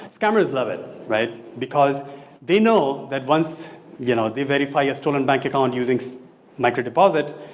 scammers loves it right? because they know that once you know they verify a stolen bank account using so micro deposits,